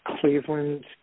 Cleveland